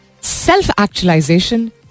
self-actualization